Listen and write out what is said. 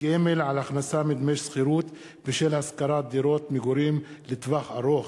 גמל על הכנסה מדמי שכירות בשל השכרת דירות מגורים לטווח ארוך),